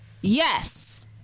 Yes